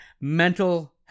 mental